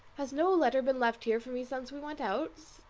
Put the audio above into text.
has no letter been left here for me since we went out?